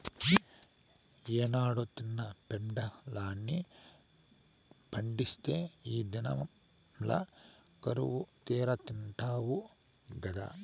ఏనాడో తిన్న పెండలాన్ని పండిత్తే ఈ దినంల కరువుతీరా తిండావు గదా